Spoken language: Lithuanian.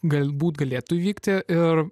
galbūt galėtų įvykti ir